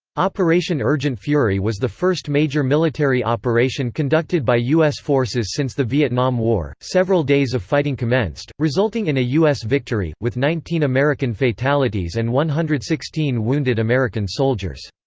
operation urgent fury was the first major military operation conducted by u s. forces since the vietnam war, several days of fighting commenced, resulting in a u s. victory, with nineteen american fatalities and one hundred and sixteen wounded american soldiers.